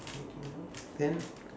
mmhmm then